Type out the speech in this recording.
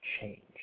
change